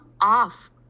off